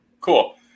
Cool